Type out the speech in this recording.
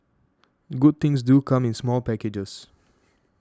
good things do come in small packages